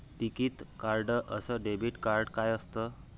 टिकीत कार्ड अस debit card काय असत?